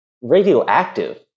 radioactive